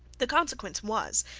the consequence was,